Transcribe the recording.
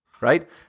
right